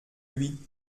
lui